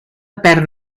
perd